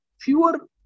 fewer